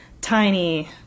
tiny